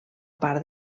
part